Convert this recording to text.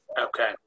okay